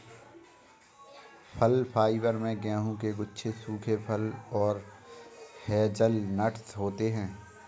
फल फाइबर में गेहूं के गुच्छे सूखे फल और हेज़लनट्स होते हैं